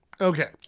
Okay